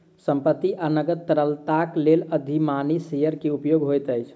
संपत्ति आ नकद तरलताक लेल अधिमानी शेयर के उपयोग होइत अछि